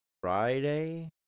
Friday